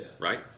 right